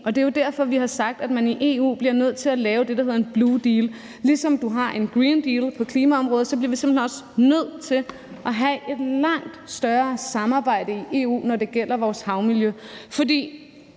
EU. Det er derfor, vi har sagt, at man i EU bliver nødt til at lave det, der hedder en blue deal. Ligesom du har en green deal på klimaområdet, bliver vi simpelt hen også nødt til at have et langt større samarbejde i EU, når det gælder vores havmiljø. For